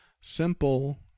simple